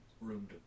room